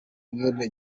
mwene